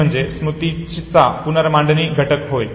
ते म्हणजे स्मृतीचा पुनरमांडणी घटक होय